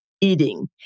eating